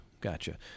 gotcha